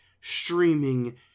streaming